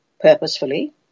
purposefully